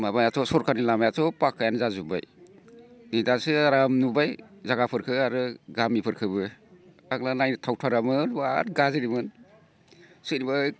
माबायाथ' सरखारनि लामायाथ' फाखखायानो जाजोबबाय नै दासो आराम नुबाय जागाफोरखो आरो गामिफोरखोबो आग्ला नायथाव थारमोन बिराद गाज्रिमोन सोरबा